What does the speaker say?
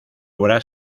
obra